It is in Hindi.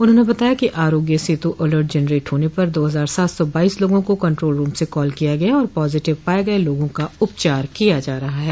उन्होंने बताया कि आरोग्य सेतु अलर्ट जनरेट होने पर दो हजार सात सौ बाईस लोगों को कन्ट्रोल रूम से कॉल किया गया और पॉजीटिव पाये गये लोगों का उपचार किया जा रहा है